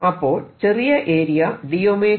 അപ്പോൾ ചെറിയ area d 𝝮